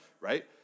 right